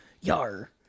Yar